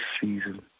season